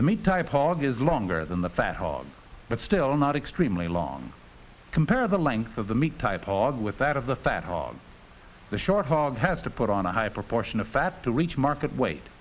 the meat type obvious longer than the fat hog but still not extremely long compared the length of the meat type aud with that of the fat hog the short hog has to put on a high proportion of fat to reach market weight